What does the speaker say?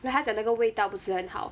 then 它的那个味道不是很好